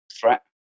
threat